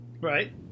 Right